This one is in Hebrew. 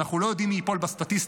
ואנחנו לא יודעים מי ייפול בסטטיסטיקה,